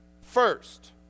first